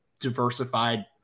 diversified